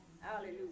Hallelujah